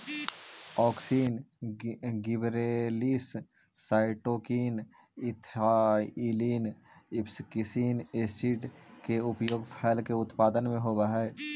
auxin, gibberellins, cytokinin, ethylene, abscisic acid के उपयोग फल के उत्पादन में होवऽ हई